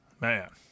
Man